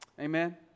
Amen